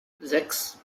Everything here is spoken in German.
sechs